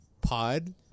pod